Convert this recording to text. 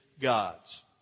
God's